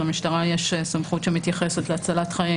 למשטרה כבר היום יש סמכות שמתייחסת להצלת חיים,